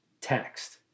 text